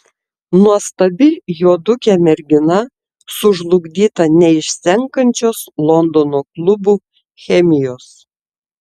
nuostabi juodukė mergina sužlugdyta neišsenkančios londono klubų chemijos